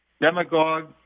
demagogue